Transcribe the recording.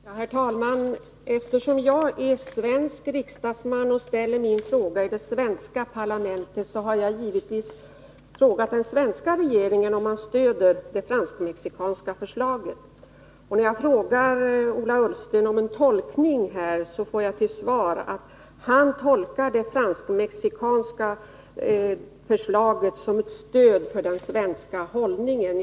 Herr talman! Eftersom jag är svensk riksdagsledamot och ställer min fråga i det svenska parlamentet, har jag givetvis frågat den svenska regeringen om den stöder det fransk-mexikanska förslaget. När jag då frågar Ola Ullsten om en tolkning, får jag till svar att han tolkar den fransk-mexikanska deklarationen som ett stöd för den svenska hållningen.